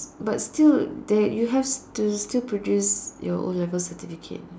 but still there you have to still produce your O-level certificate